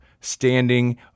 standing